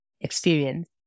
experience